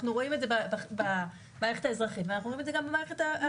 אנחנו רואים את זה במערכת האזרחית ואנחנו רואים את זה גם במערכת הצבאית.